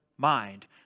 mind